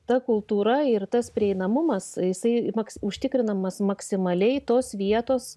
ta kultūra ir tas prieinamumas jisai maks užtikrinamas maksimaliai tos vietos